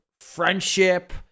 friendship